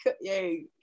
Yay